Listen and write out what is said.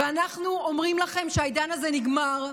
ואנחנו אומרים לכם שהעידן הזה נגמר,